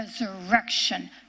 resurrection